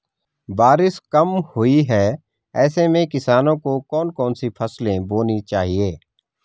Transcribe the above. बारिश कम हुई है ऐसे में किसानों को कौन कौन सी फसलें बोनी चाहिए?